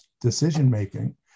decision-making